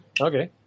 Okay